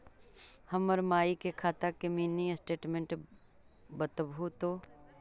हमर माई के खाता के मीनी स्टेटमेंट बतहु तो?